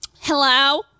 Hello